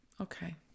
okay